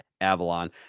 Avalon